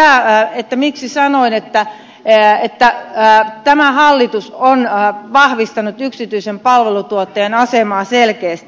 sitten tämä miksi sanoin että tämä hallitus on vahvistanut yksityisen palveluntuottajan asemaa selkeästi